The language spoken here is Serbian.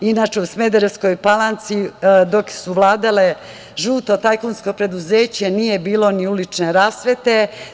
Inače, u Smederevskoj Palanci dok je vladalo žuto tajkunsko preduzeće nije bilo ni ulične rasvete.